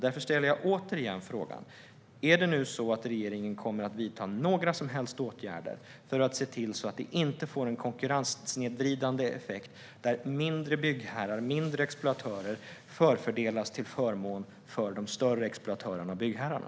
Därför ställer jag återigen frågan: Kommer nu regeringen att vidta några som helst åtgärder för att se till att detta inte får en konkurrenssnedvridande effekt där mindre byggherrar och mindre exploatörer förfördelas till förmån för de större exploatörerna och byggherrarna?